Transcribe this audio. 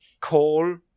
call